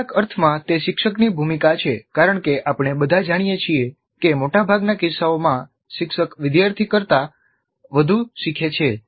કેટલાક અર્થમાં તે શિક્ષકની ભૂમિકા છે કારણ કે આપણે બધા જાણીએ છીએ કે મોટાભાગના કિસ્સાઓમાં શિક્ષક વિદ્યાર્થી કરતાં વધુ શીખે છે